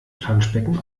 planschbecken